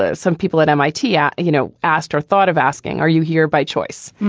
ah some people at m i t, yeah you know, asked or thought of asking, are you here by choice?